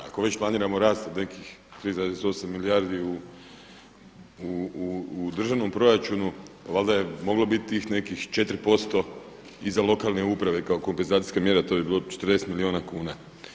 Ako već planiramo rast od nekih 3,8 milijardi u državnom proračunu, pa valjda je moglo biti tih nekih 4% i za lokalne samouprave kao kompenzacijske mjere, a to bi bilo 40 milijuna kuna.